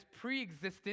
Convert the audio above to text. pre-existent